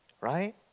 right